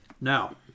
Now